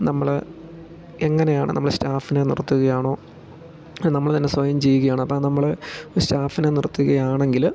നമ്മൾ എങ്ങനെയാണ് നമ്മൾ സ്റ്റാഫിനെ നിർത്തുകയാണോ അല്ലേ നമ്മൾ തന്നെ സ്വയം ചെയ്യുകയാണോ അപ്പം നമ്മൾ ഒരു സ്റ്റാഫിനെ നിർത്തുകയാണ് എങ്കിൽ